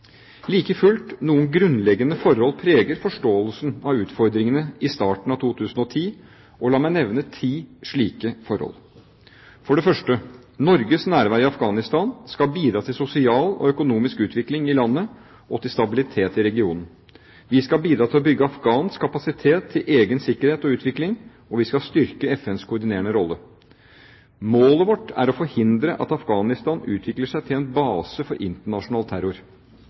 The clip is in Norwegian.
Like fullt, noen grunnleggende forhold preger forståelsen av utfordringene i starten av 2010, og la meg nevne ti slike forhold: For det første: Norges nærvær i Afghanistan skal bidra til sosial og økonomisk utvikling i landet og til stabilitet i regionen. Vi skal bidra til å bygge afghansk kapasitet til egen sikkerhet og utvikling, og vi skal styrke FNs koordinerende rolle. Målet vårt er å forhindre at Afghanistan utvikler seg til en base for internasjonal terror.